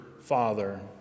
father